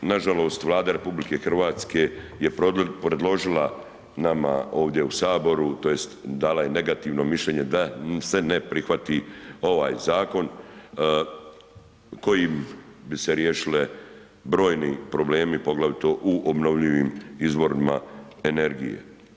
Nažalost Vlada RH je predložila nama ovdje u Saboru tj. dala je negativno mišljenje da se ne prihvati ovaj zakon kojim bi se riješili brojni problemi poglavito u obnovljivim izvorima energije.